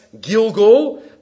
Gilgal